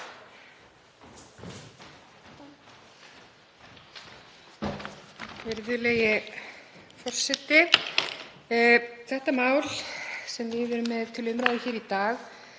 Virðulegi forseti. Það mál sem við erum með til umræðu í dag